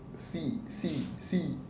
si si si